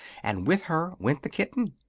and with her went the kitten.